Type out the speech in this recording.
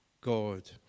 God